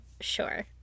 sure